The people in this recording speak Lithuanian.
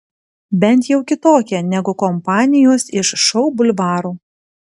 bent jau kitokia negu kompanijos iš šou bulvaro